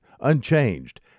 unchanged